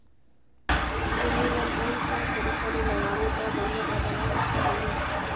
सेमी ला कोन सा तरीका ले लगाबो ता बढ़िया पैदावार अच्छा होही?